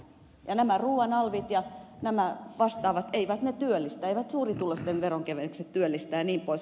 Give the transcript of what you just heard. nämä ruuan alvit ja vastaavat eivät ne työllistä eivät suurituloisten veronkevennykset työllistä jnp